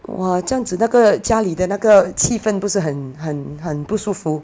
!wah! 这样子那个家里的那个气氛不是很很很不舒服